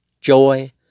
joy